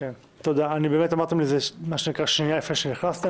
אמרתם את זה שנייה לפני שנכנסתם.